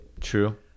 True